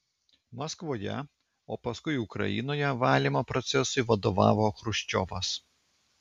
maskvoje o paskui ukrainoje valymo procesui vadovavo chruščiovas